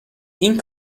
این